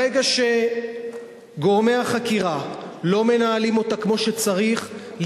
ברגע שגורמי החקירה לא מנהלים אותה כמו שצריך,